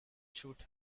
shoot